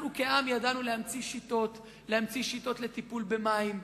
אנחנו כעם ידענו להמציא שיטות: להמציא שיטות לטיפול במים,